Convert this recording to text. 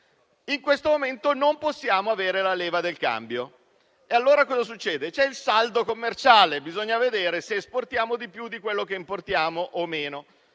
In questo momento, non possiamo avere la leva del cambio e allora cosa succede? Bisogna guardare il saldo commerciale e vedere se esportiamo di più di quello che importiamo o meno.